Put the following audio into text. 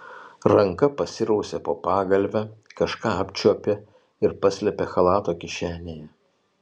ranka pasirausė po pagalve kažką apčiuopė ir paslėpė chalato kišenėje